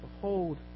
Behold